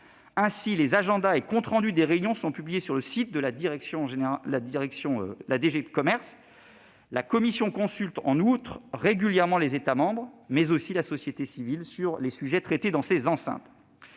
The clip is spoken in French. Ainsi, les agendas et comptes rendus des réunions sont publiés sur le site de la direction générale du commerce. En outre, la Commission consulte régulièrement les États membres, mais aussi la société civile, sur les sujets traités dans ces enceintes.